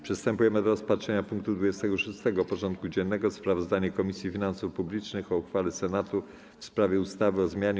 Przystępujemy do rozpatrzenia punktu 26. porządku dziennego: Sprawozdanie Komisji Finansów Publicznych o uchwale Senatu w sprawie ustawy o zmianie